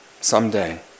someday